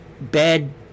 bad